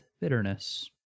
bitterness